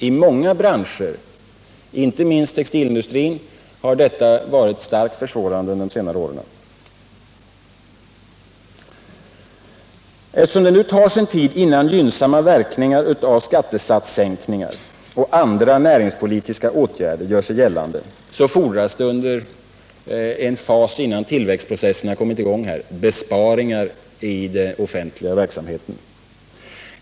I många branscher, inte minst i textilindustrin, har detta varit starkt försvårande under de senare åren. Eftersom det nu tar sin tid innan gynnsamma verkningar av skattesatssänkningar och andra näringspolitiska åtgärder gör sig gällande fordras det en fas innan tillväxtprocessen kommit i gång här: besparingar i den offentliga verksamheten.